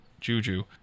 Juju